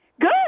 Good